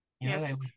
yes